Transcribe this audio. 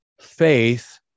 faith